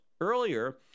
earlier